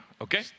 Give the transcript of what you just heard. Okay